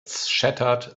shattered